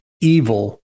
evil